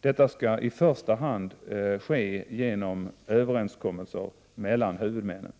Detta skall i första hand ske genom överenskommelse mellan huvudmännen.